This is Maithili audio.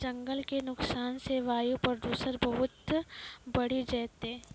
जंगल के नुकसान सॅ वायु प्रदूषण बहुत बढ़ी जैतै